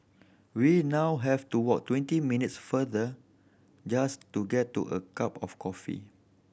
we now have to walk twenty minutes further just to get to a cup of coffee